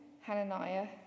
Hananiah